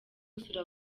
gusura